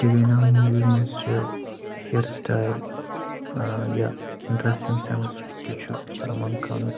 تیرے نام موٗوی منٛز چھِ ہیر سٹایِل یا ڈریسنٛگ سینٕس یُس تہِ چھُ سلمان خانُک